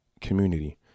community